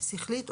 שכלית,